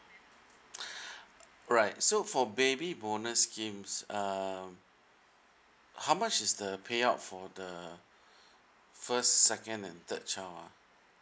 alright so for baby bonus schemes um how much is the payout for the first second and third child ah